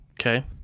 Okay